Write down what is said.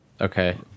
okay